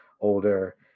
older